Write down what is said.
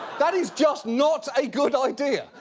that is just not a good idea.